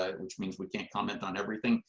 ah which means we can't comment on everything,